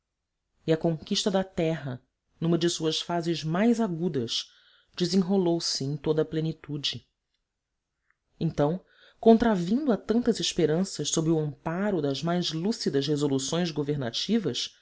e a conquista da terra numa de suas fases mais agudas desenrolou se em toda a plenitude então contravindo a tantas esperanças sob o amparo das mais lúcidas resoluções governativas